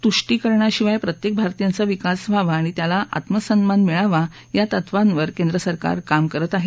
तुष्टीकरणाशिवाय प्रत्येक भारतीयांचा विकास व्हावा आणि त्याला आत्मसन्मान मिळावा या तत्वांवर केंद्र सरकार काम करत आहे